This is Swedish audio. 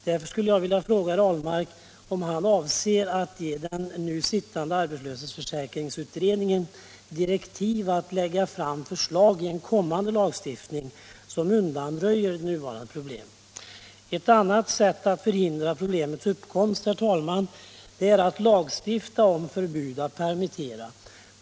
Därför skulle jag vilja fråga herr Ahlmark, om han avser att ge den nu sittande arbetslöshetsförsäkringsutredningen direktiv att lägga fram förslag, som i en kommande lagstiftning undanröjer det nuvarande problemet. Ett annat sätt att förhindra problemets uppkomst, herr talman, är att lagstifta om förbud att permittera.